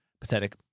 Pathetic